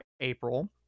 April